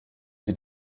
sie